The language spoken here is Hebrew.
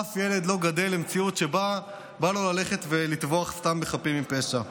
אף ילד לא גדל למציאות שבה בא לו ללכת ולטבוח סתם בחפים מפשע.